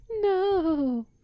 No